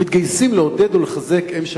ומתגייסים לעודד ולחזק אם שכולה.